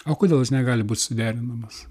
o kodėl jis negali būt suderinamas